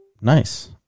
Nice